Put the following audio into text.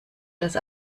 das